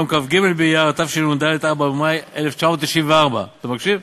ביום כ"ג באייר התשנ"ד (4 במאי 1994). אתה מקשיב?